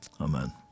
Amen